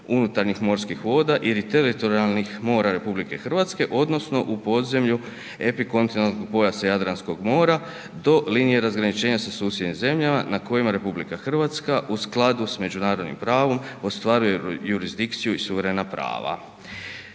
unutarnjih morskih voda ili teritorijalnih mora RH odnosno u podzemlju epikontinentalnog pojasa Jadranskog mora do linije razgraničenja sa susjednim zemljama na kojima RH u skladu sa međunarodnim pravom ostvaruje jurisdikciju i suverena prava.